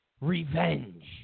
revenge